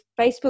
Facebook